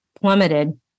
plummeted